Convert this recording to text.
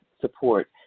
support